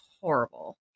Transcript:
horrible